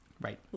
right